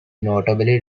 notably